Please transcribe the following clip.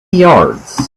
yards